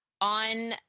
on